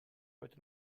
heute